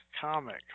comic